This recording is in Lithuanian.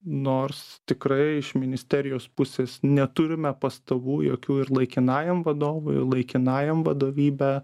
nors tikrai iš ministerijos pusės neturime pastabų jokių ir laikinajam vadovui ir laikinajam vadovybė